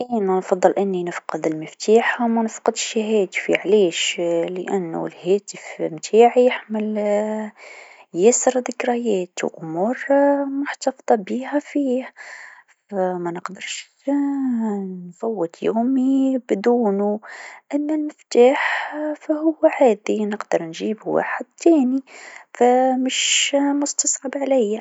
أنا نفضل أني نفقد المفتاح و منسقطش هاتفي علاش لأنو هاتف نتاعي يحمل ياسر ذكريات و أمور محتافظه بيها فيه ف منقدرش نفوت يومي بدوني أما المفتاح فهو عادي نقدر نجيب واحد ثاني ف ماش مستصعب عليا.